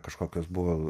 kažkokios buvo